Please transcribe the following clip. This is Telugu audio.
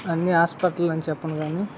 అన్ని హాస్పిటల్లు అని చెప్పను కానీ